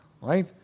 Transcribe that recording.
right